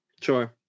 Sure